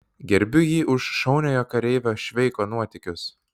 gerbiu jį už šauniojo kareivio šveiko nuotykius